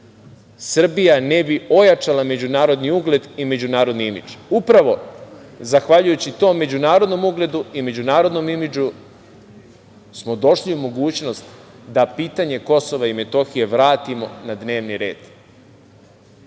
Srbija ne bi ojačala međunarodni ugled i međunarodni imidž. Upravo smo zahvaljujući tom međunarodnom ugledu i međunarodnom imidžu došli u mogućnost da pitanje Kosova i Metohije vratimo na dnevni red,